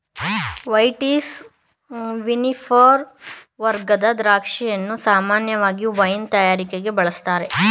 vitis vinifera ವರ್ಗದ ದ್ರಾಕ್ಷಿಯನ್ನು ಸಾಮಾನ್ಯವಾಗಿ ವೈನ್ ತಯಾರಿಕೆಗೆ ಬಳುಸ್ತಾರೆ